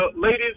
ladies